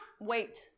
wait